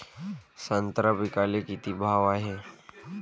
संत्रा पिकाले किती भाव हाये?